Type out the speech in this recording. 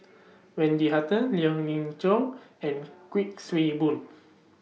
Wendy Hutton Lien Ying Chow and Kuik Swee Boon